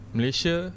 Malaysia